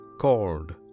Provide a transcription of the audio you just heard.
called